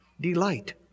delight